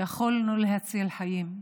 יכולנו להציל חיים.